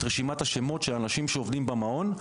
רשימת השמות של האנשים שעובדים במעון.